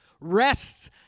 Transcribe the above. rests